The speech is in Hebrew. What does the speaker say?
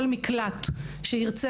כל מקלט שירצה,